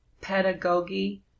pedagogy